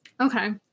Okay